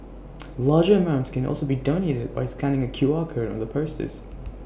larger amounts can also be donated by scanning A Q R code on the posters